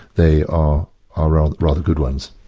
they are are rather good ones.